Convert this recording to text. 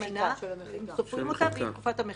תקופת המחיקה.